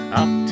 up